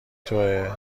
تویه